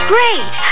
Great